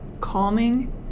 calming